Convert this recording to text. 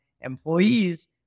employees